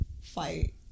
fight